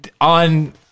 on